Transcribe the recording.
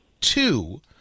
two